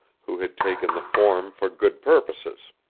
who had taken the form for good purposes.